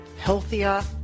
healthier